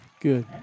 Good